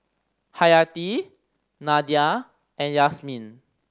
Hayati Nadia and Yasmin